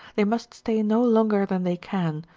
they must stay no longer than they can,